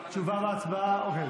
תשובה והצבעה, אוקיי.